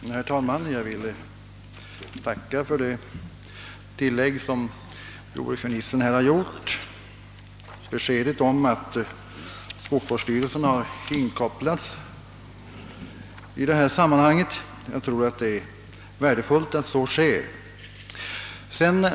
Herr talman! Jag vill tacka för det kompletterande beskedet att skogsvårdsstyrelsen har inkopplats som jordbruksministern nu lämnat. Jag tror det är värdefullt att så sker.